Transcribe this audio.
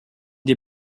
des